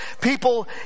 people